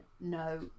no